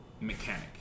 mechanic